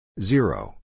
Zero